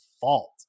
fault